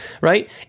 right